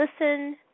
listen